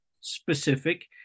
specific